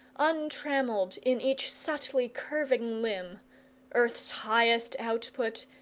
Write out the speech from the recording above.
untrammelled in each subtly curving limb earth's highest output,